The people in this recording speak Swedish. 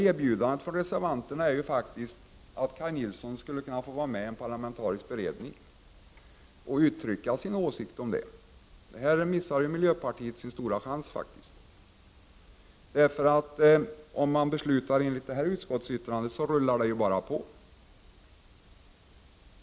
Erbjudandet från reservanterna är ju att Kaj Nilsson skulle få vara med i en parlamentarisk beredning och uttrycka sin åsikt om detta. Här missar faktiskt miljöpartiet sin stora chans. Om man beslutar enligt det här utskottsyttrandet så rullar allt bara på.